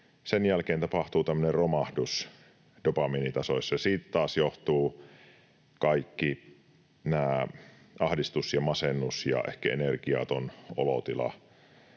sen jälkeen tapahtuu tämmöinen romahdus dopamiinitasoissa, ja siitä taas johtuvat kaikki nämä: ahdistus ja masennus ja ehkä energiaton olotila.